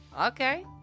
Okay